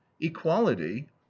equality